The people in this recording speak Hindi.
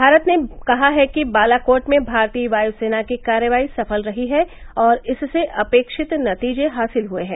भारत ने कहा है कि बालाकोट में भारतीय वायुसेना की कार्रवाई सफल रही है और इससे अपेक्षित नतीजे हासिल हुए हैं